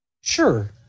Sure